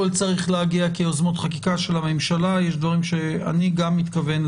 יש איזה שהוא ערוץ סל אחר שבו יש סוג מסוים של